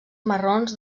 marrons